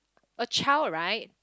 a child right